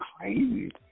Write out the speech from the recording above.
crazy